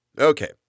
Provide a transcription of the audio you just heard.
Okay